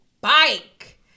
bike